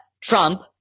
Trump